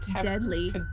deadly